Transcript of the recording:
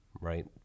right